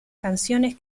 canciones